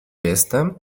jestem